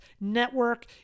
network